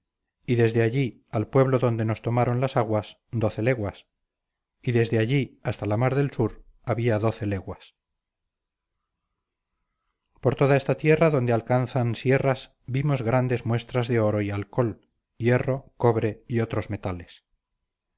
y desde allí al pueblo donde nos tomaron las aguas doce leguas y desde allí hasta la mar del sur había doce leguas por toda esta tierra donde alcanzan sierras vimos grandes muestras de oro y alcohol hierro cobre y otros metales